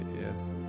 Yes